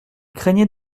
craignait